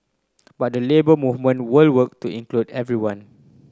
but the Labour Movement will work to include everyone